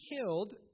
killed